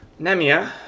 Nemia